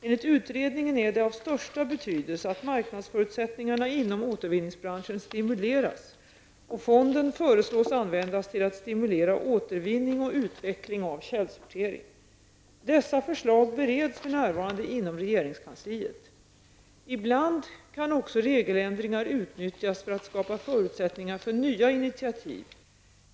Enligt utredningen är det av största betydelse att marknadsförutsättningarna inom återvinningsbranschen stimuleras, och fonden föreslås användas till att stimulera återvinning och utveckling av källsortering. Dessa förslag bereds för närvarande inom regeringskansliet. Ibland kan också regeländringar utnyttjas för att skapa förutsättningar för nya initiativ.